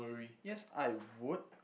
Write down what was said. yes I would